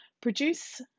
produce